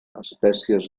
espècies